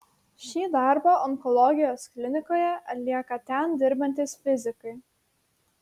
šį darbą onkologijos klinikoje atlieka ten dirbantys fizikai